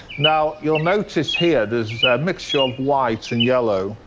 now, you'll notice here there's a mixture of white and yellow.